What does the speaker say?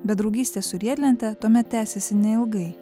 bet draugystė su riedlente tuomet tęsėsi neilgai